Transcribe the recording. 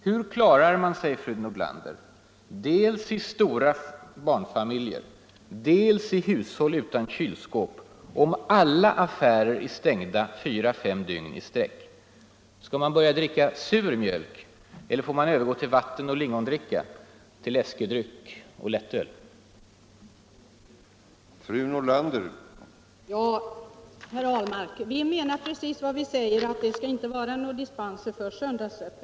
Hur klarar man sig, fru Nordlander, dels i stora barnfamiljer, dels i hushåll utan kylskåp om alla affärer är stängda fyra fem dygn i sträck? Skall man börja dricka sur mjölk eller får man övergå till vatten och lingondricka, till läskedryck och lättöl?